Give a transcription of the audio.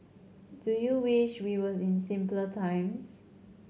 do you wish we were in simpler times